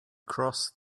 crossed